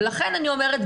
ולכן אני אומרת,